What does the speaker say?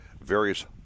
various